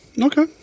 Okay